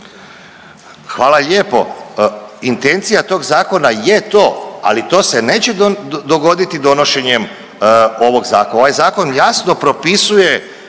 Hvala lijepo. Intencija tog zakona je to, ali to se neće dogoditi donošenjem ovog zakona, ovaj zakon jasno propisuje